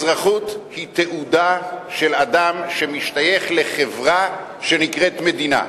אזרחות היא תעודה של אדם שמשתייך לחברה שנקראת "מדינה".